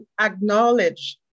acknowledge